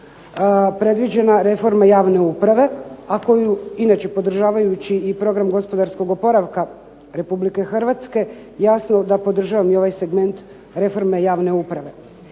predviđena reforma javne uprave, a koju inače podržavajući i program gospodarskog oporavka Republike Hrvatske jasno da podržavam i ovaj segment reforme javne uprave.